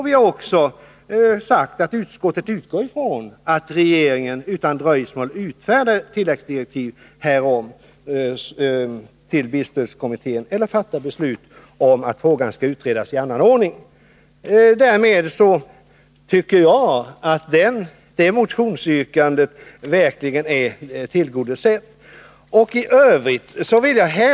Vi har också sagt att utskottet utgår från att regeringen utan dröjsmål utfärdar tilläggsdirektiv till bilstödskommittén eller fattar beslut om att frågan skall utredas i annan ordning. Jag tycker att det aktuella motionsyrkandet därmed är väl tillgodosett.